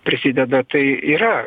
prisideda tai yra